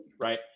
right